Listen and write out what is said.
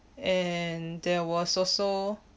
and there was also